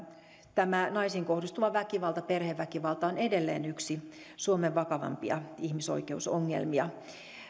tämä naisiin kohdistuva väkivalta perheväkivalta on edelleen yksi suomen vakavimpia ihmisoikeusongelmia